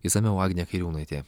išsamiau agnė kairiūnaitė